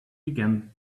began